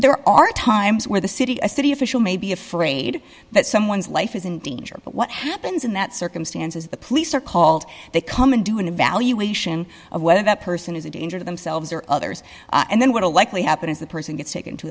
there are times where the city a city official may be afraid that someone's life is in danger but what happens in that circumstance is the police are called they come and do an evaluation of whether that person is a danger to themselves or others and then what will likely happen is the person gets taken to